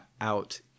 out